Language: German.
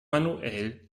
manuell